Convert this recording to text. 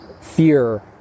fear